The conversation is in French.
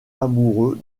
amoureux